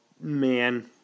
man